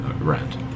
rent